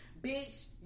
Bitch